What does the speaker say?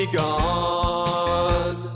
gone